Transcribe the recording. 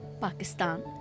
Pakistan